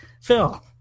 Phil